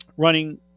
running